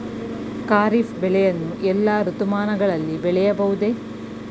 ಖಾರಿಫ್ ಬೆಳೆಯನ್ನು ಎಲ್ಲಾ ಋತುಮಾನಗಳಲ್ಲಿ ಬೆಳೆಯಬಹುದೇ?